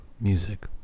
music